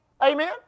Amen